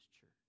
church